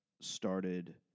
started